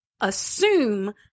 assume